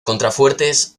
contrafuertes